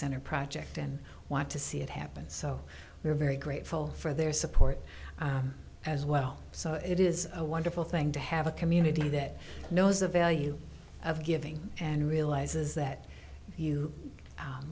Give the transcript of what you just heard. center project and want to see it happen so we're very grateful for their support as well so it is a wonderful thing to have a community that knows the value of giving and realizes that